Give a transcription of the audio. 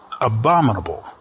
abominable